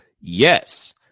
Yes